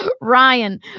Ryan